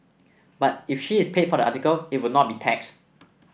but if she is paid for the article it would not be taxed